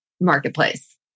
marketplace